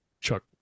Chuck